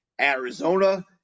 Arizona